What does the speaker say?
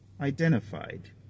identified